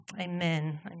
amen